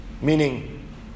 Meaning